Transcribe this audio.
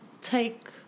take